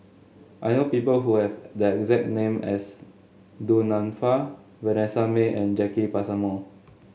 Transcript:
I know people who have the exact name as Du Nanfa Vanessa Mae and Jacki Passmore